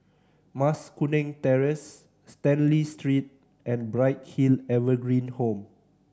Mas Kuning Terrace Stanley Street and Bright Hill Evergreen Home